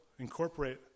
Incorporate